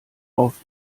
auf